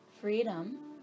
freedom